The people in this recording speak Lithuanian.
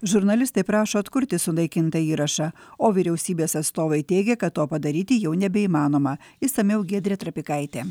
žurnalistai prašo atkurti sunaikintą įrašą o vyriausybės atstovai teigia kad to padaryti jau nebeįmanoma išsamiau giedrė trapikaitė